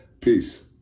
Peace